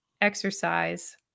exercise